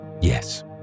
Yes